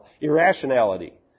irrationality